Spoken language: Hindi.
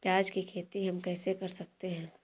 प्याज की खेती हम कैसे कर सकते हैं?